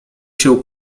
się